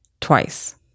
twice